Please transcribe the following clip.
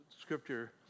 scripture